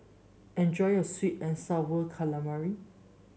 enjoy your sweet and sour calamari